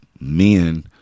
men